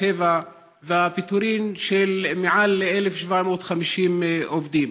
טבע והפיטורים של מעל ל-1,750 עובדים.